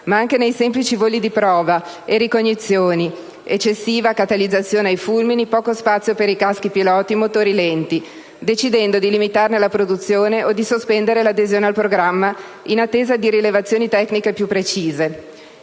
ma anche nei semplici voli di prova e ricognizione (eccessiva catalizzazione ai fulmini, poco spazio per i caschi piloti, motori lenti), decidendo di limitarne la produzione o di sospendere l'adesione al programma in attesa di rilevazioni tecniche più precise.